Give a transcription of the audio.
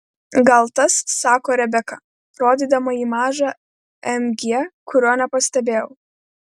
gal tas sako rebeka rodydama į mažą mg kurio nepastebėjau